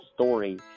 story